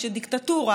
כשדיקטטורה,